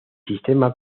sistema